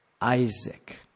Isaac